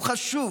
הוא חשוב,